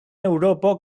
eŭropo